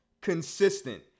consistent